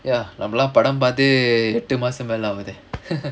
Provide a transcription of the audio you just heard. ya நம்ம எல்லாம் படம் பாத்தே எட்டு மாசம் ஆகுது:namma ellaam padam pathae ettu maasam aaguthu